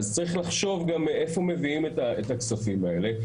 אז צריך לחשוב גם מאיפה מביאים את הכספים האלה.